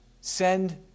Send